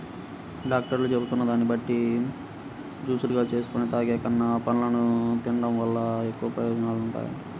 డాక్టర్లు చెబుతున్న దాన్ని బట్టి జూసులుగా జేసుకొని తాగేకన్నా, పండ్లను తిన్డం వల్ల ఎక్కువ ప్రయోజనాలుంటాయంట